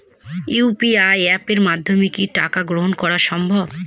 UPI অ্যাপের মাধ্যমে কি টাকা গ্রহণ করাও সম্ভব?